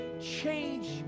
change